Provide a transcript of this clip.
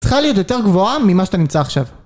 צריכה להיות יותר גבוהה ממה שאתה נמצא עכשיו